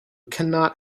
cannot